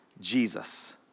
Jesus